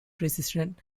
precision